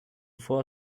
four